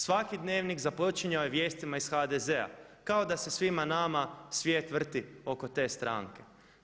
Svaki dnevnik započinjao je vijestima iz HDZ-a kao da se svima nama svijet vrti oko te stranke.